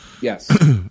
Yes